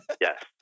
yes